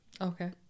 Okay